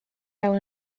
iawn